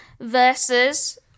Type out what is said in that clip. versus